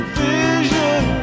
vision